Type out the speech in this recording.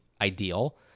ideal